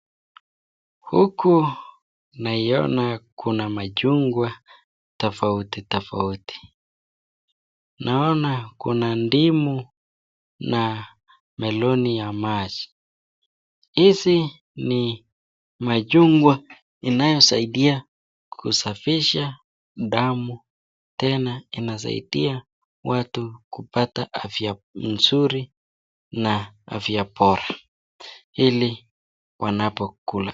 Huku naiona kuna machungwa tofauti tofauti, naona kuna ndimu, na meloni ya maji. Hizi ni machungwa inayosaidia kusafisha damu, tena inasaidia watu kupata afya nzuri na afya bora, ili wanapokula.